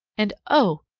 and, oh!